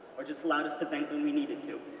or just allowed us to vent when we needed to.